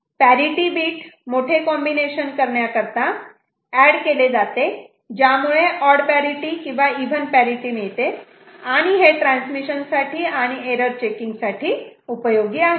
parity bit मोठे combination करण्याकरता add केले जाते ज्यामुळे ऑड पॅरिटि किंवा इव्हन पॅरिटि मिळते आणि हे ट्रान्समिशन साठी आणि एरर चेकिंग साठी उपयोगी आहे